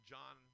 John –